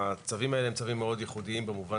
הצווים האלה הם צווים מאוד ייחודיים במובן